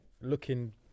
looking